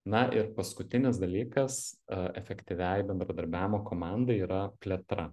na ir paskutinis dalykas a efektyviai bendradarbiavimo komandai yra plėtra